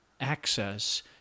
access